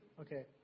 Okay